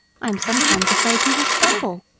i am sometimes afraid he will stumble.